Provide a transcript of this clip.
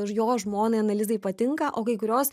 jo žmonai ana lizai patinka o kai kurios